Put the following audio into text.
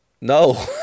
no